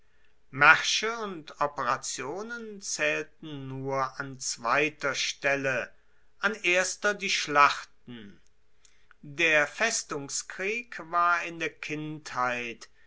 maersche und operationen zaehlten nur an zweiter stelle an erster die schlachten der festungskrieg war in der kindheit